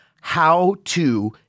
how-to